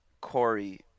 Corey